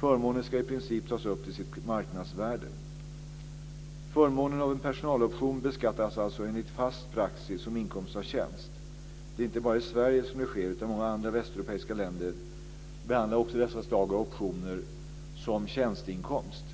Förmåner skall i princip tas upp till sitt marknadsvärde. Förmånen av en personaloption beskattas alltså enligt fast praxis som inkomst av tjänst. Det är inte bara i Sverige som det sker, utan många andra västeuropeiska länder behandlar också dessa slag av optioner som tjänsteinkomst.